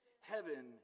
Heaven